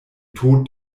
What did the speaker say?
tod